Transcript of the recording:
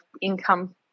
income